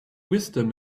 wisdom